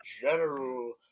general